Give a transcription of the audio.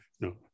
no